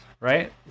right